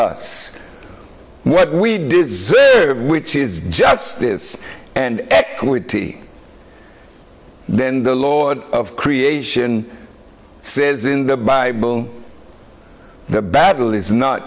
us what we deserve which is justice and equity then the lord of creation says in the bible the battle is not